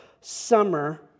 summer